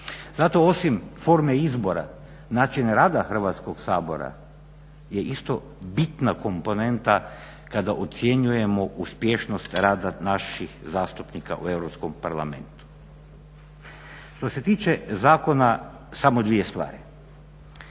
Zato osim forme izbora, način rada Hrvatskog sabora je isto bitna komponenta kada ocjenjujemo uspješnost rada naših zastupnika u Europskom parlamentu. Što se tiče zakona, samo dvije stvari.